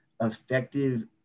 effective